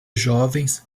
jovens